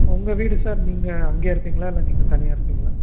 உங்கள் வீடு சார் நீங்கள் அங்கேயே இருப்பீங்களா இல்லை நீங்கள் தனியாக இருப்பீங்களா